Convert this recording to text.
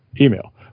email